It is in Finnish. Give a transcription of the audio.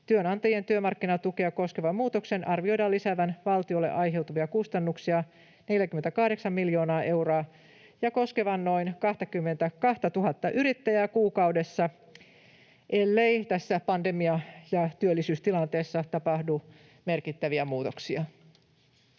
Työnantajien työmarkkinatukea koskevan muutoksen arvioidaan lisäävän valtiolle aiheutuvia kustannuksia 48 miljoonaa euroa ja koskevan noin 22 000:ta yrittäjää kuukaudessa, ellei tässä pandemia‑ ja työllisyystilanteessa tapahdu merkittäviä muutoksia.